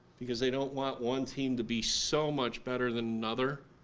because they don't want one team to be so much better than another,